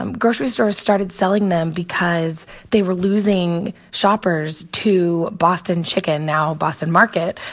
um grocery stores started selling them because they were losing shoppers to boston chicken, now boston market,